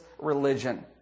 religion